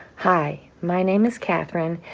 hi. my name is catherine,